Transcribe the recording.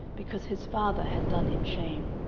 because his father had done him shame.